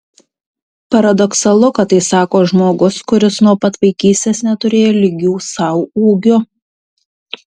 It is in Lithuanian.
paradoksalu kad tai sako žmogus kuris nuo pat vaikystės neturėjo lygių sau ūgiu